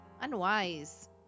unwise